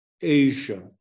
Asia